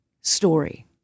story